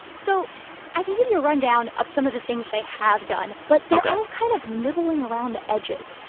so i can give you a rundown of some of the things they have done. ok. but they're all kind of nibbling around the edges.